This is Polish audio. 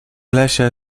lesie